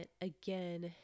again